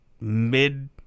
mid